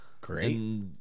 Great